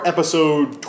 Episode